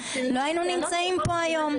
לא היינו נמצאים כאן היום,